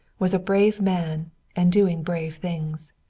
was a brave man and doing brave things.